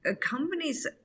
companies